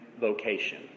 vocation